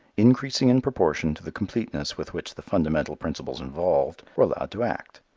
increasing in proportion to the completeness with which the fundamental principles involved were allowed to act,